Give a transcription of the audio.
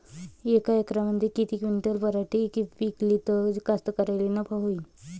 यका एकरात किती क्विंटल पराटी पिकली त कास्तकाराइले नफा होईन?